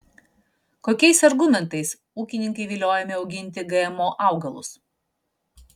kokiais argumentais ūkininkai viliojami auginti gmo augalus